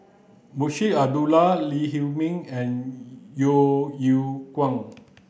Munshi Abdullah Lee Huei Min and Yeo Yeow Kwang